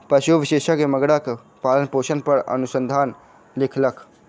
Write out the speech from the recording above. पशु विशेषज्ञ मगरक पालनपोषण पर अनुसंधान लिखलक